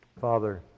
father